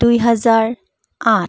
দুহেজাৰ আঠ